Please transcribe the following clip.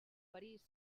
parís